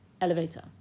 elevator